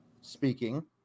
speaking